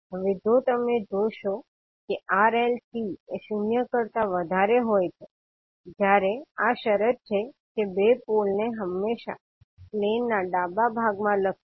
હવે જો તમે જોશો કે R L C એ 0 કરતા વધારે હોય છે જયારે આ શરત છે કે 2 પોલ ને હંમેશા પ્લેનના ડાબા ભાગ માં લખીએ